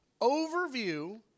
overview